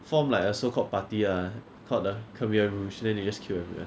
form like a so called party ah called the khmer rouge then they just kill everyone